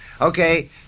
Okay